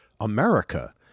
America